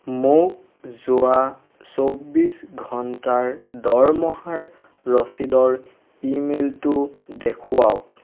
মোক যোৱা চৌবিচ ঘণ্টাৰ দৰমহাৰ ৰচিদৰ ই মেইলটো দেখুৱাওক